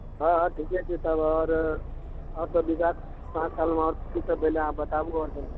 हँ ठीके छै तब आओर आओर सब विकास पाँच सालमे आओर की सब भेल यऽ बताबु आओर सब